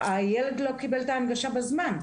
הילד לא קיבל את ההנגשה בזמן,